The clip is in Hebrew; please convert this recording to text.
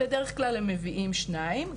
בדרך כלל הם מביאים שניים,